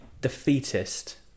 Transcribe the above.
defeatist